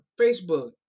Facebook